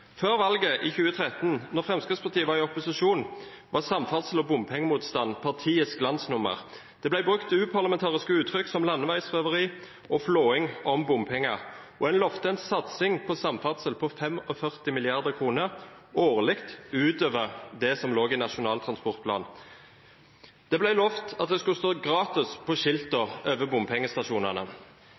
Før valget i 2013, da Fremskrittspartiet var i opposisjon, var samferdsel og bompengemotstanden partiets glansnummer. Det ble brukt uparlamentariske uttrykk, som landeveisrøveri og flåing, om bompenger, og en lovte en satsing på samferdsel på 45 mrd. kr årlig utover det som lå i Nasjonal transportplan. Det ble lovt at det skulle stå «Gratis» på skilt over bompengestasjonene.